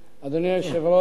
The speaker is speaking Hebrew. אדוני היושב-ראש,